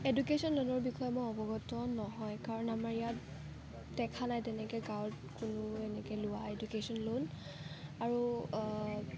education লোনৰ বিষয়ে মই অৱগত নহয় কাৰণ আমাৰ ইয়াত দেখা নাই তেনেকৈ গাঁৱত কোনো এনেকৈ লোৱা এডুকেশ্যন লোন আৰু